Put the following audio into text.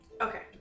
Okay